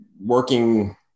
working